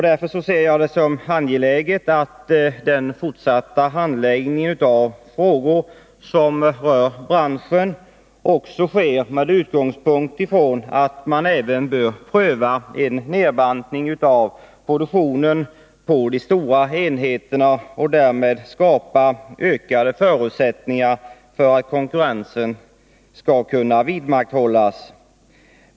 Därför ser jag det som angeläget att den fortsatta handläggningen av frågor som rör branschen också sker med den utgångspunkten att man även bör pröva en nedbantning av produktionen på de stora enheterna och därmed skapa ökade förutsättningar för att konkurrensen skall kunna vidmakthållas.